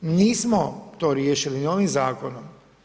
Nismo to riješili ni ovim zakonom.